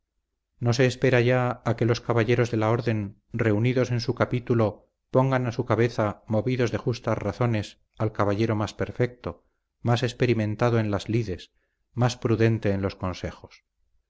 no se espera ya a que los caballeros de la orden reunidos en su capítulo pongan a su cabeza movidos de justas razones al caballero más perfecto más experimentado en las lides más prudente en los consejos